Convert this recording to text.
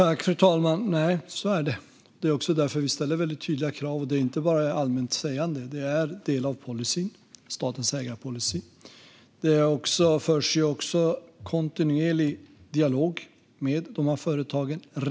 Fru talman! Nej, så är det. Det är också därför vi ställer tydliga krav. Det är inget allmänt sägande utan en del av statens ägarpolicy. Det förs också kontinuerlig och regelbunden dialog med dessa företag.